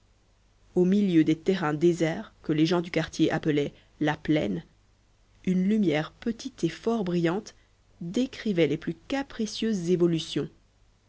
au milieu des terrains déserts que les gens du quartier appelaient la plaine une lumière petite et fort brillante décrivait les plus capricieuses évolutions